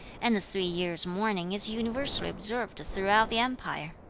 and the three years' mourning is universally observed throughout the empire.